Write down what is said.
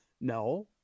No